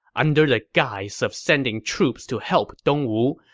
under the guise of sending troops to help dongwu,